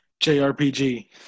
JRPG